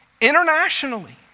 internationally